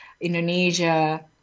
Indonesia